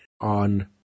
on